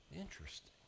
Interesting